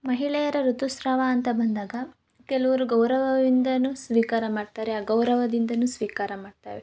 ಮಹಿಳೆಯರ ಋತುಸ್ರಾವ ಅಂತ ಬಂದಾಗ ಕೆಲೋರು ಗೌರವವಿಂದಾನು ಸ್ವೀಕಾರ ಮಾಡ್ತಾರೆ ಅಗೌರವದಿಂದಾನು ಸ್ವೀಕಾರ ಮಾಡ್ತಾವೆ